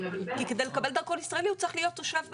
כי כדי לקבל דרכון ישראלי הוא צריך להיות תושב בארץ.